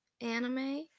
anime